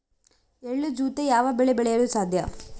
ಎಳ್ಳು ಜೂತೆ ಯಾವ ಬೆಳೆ ಬೆಳೆಯಲು ಸಾಧ್ಯ?